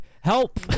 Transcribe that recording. help